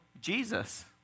Jesus